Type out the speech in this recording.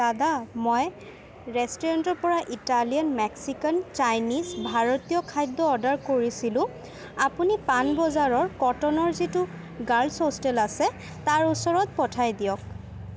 দাদা মই ৰেষ্টুৰেণ্টৰপৰা ইটালিয়ান মেক্সিকান চাইনিজ ভাৰতীয় খাদ্য অৰ্ডাৰ কৰিছিলোঁ আপুনি পাণ বজাৰৰ কটনৰ যিটো গাৰ্ল'ছ হোষ্টেল আছে তাৰ ওচৰত পঠাই দিয়ক